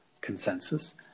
consensus